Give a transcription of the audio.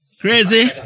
Crazy